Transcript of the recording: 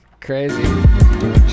crazy